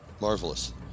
Marvelous